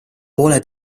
poole